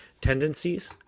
tendencies